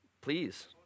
please